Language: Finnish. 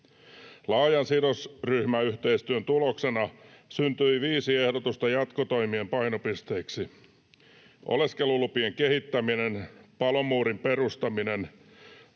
Laajan sidosryhmäyhteistyön tuloksena syntyi viisi ehdotusta jatkotoimien painopisteiksi: oleskelulupien kehittäminen, palomuurin perustaminen,